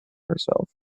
herself